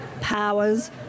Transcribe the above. powers